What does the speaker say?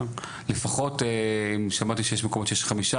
לפחות שמעתי שיש מקומות שיש 5